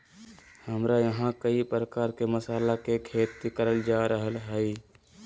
हमरा यहां कई प्रकार के मसाला के खेती करल जा रहल हई